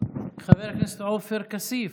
חבר הכנסת עופר כסיף,